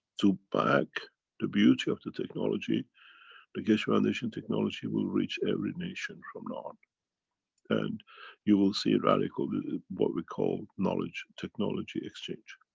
to back the beauty of the technology the keshe foundation technology will reach every nation from now and you will see radical, what we call, knowledge technology exchange.